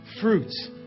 fruits